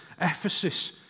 Ephesus